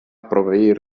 proveir